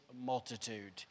multitude